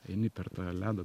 eini per tą ledą